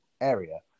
area